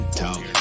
talk